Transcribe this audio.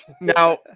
now